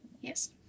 yes